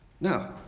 Now